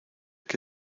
que